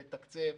ולתקצב.